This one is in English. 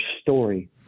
story